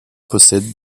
possède